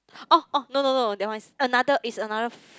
oh oh no no no that one is another is another